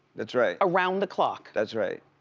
that's right. around the clock. that's right,